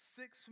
six